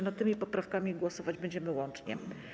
Nad tymi poprawkami głosować będziemy łącznie.